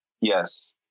Yes